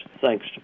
thanks